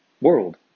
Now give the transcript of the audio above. world